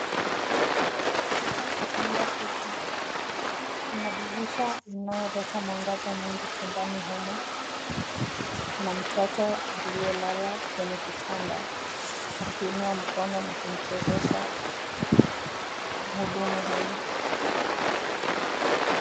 Katika chumba hiki, kuna dirisha inayoleta mwangaza mwingi chumbani humu, na mtoto aliyelala kwenye kitanda, akiinua mkono na kumchezesha mhudumu huyu.